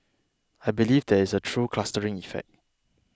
I believe there is a true clustering effect